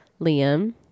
Liam